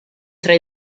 tra